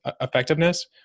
effectiveness